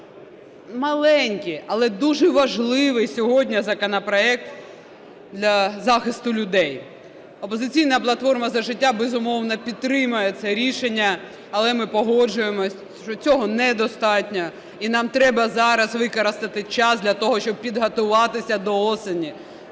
маленький, але дуже важливий сьогодні законопроект для захисту людей. "Опозиційна платформа - За життя", безумовно, підтримає це рішення, але ми погоджуємося, що цього н достатньо і нам треба зараз використати час для того, щоб підготуватися до осені,